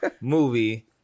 movie